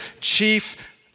chief